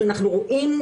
כשאנחנו רואים,